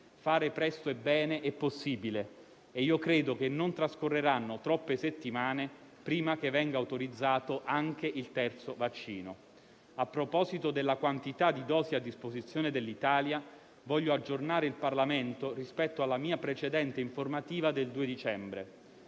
Fare presto e bene è possibile e io credo che non trascorreranno troppe settimane prima che venga autorizzato anche il terzo vaccino. A proposito della quantità di dosi a disposizione dell'Italia, voglio aggiornare il Parlamento rispetto alla mia precedente informativa del 2 dicembre.